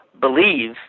believe